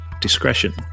discretion